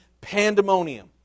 pandemonium